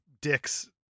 dicks